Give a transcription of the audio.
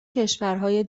کشورهای